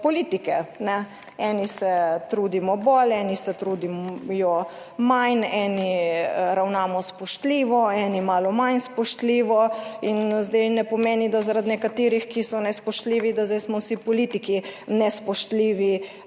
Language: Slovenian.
politike. Eni se trudimo bolj, eni se trudijo manj, eni ravnamo spoštljivo, eni malo manj spoštljivo in zdaj ne pomeni, da zaradi nekaterih, ki so nespoštljivi, da zdaj smo vsi politiki nespoštljivi,